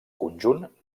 conjunt